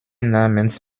namens